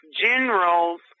generals